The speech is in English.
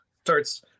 starts